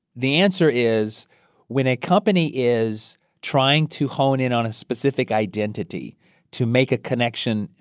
the answer is when a company is trying to hone in on a specific identity, to make a connection,